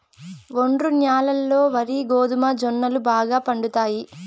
ఒండ్రు న్యాలల్లో వరి, గోధుమ, జొన్నలు బాగా పండుతాయి